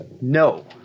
no